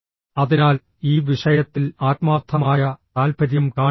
അതിനാൽ ഈ വിഷയത്തിൽ ആത്മാർത്ഥമായ താൽപര്യം കാണിക്കുക